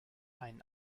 ein